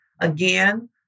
again